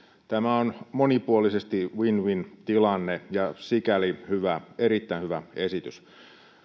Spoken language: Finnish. tämä on monipuolisesti win win tilanne ja sikäli erittäin hyvä esitys